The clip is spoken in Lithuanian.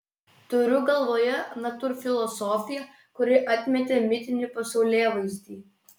turiu galvoje natūrfilosofiją kuri atmetė mitinį pasaulėvaizdį